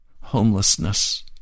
homelessness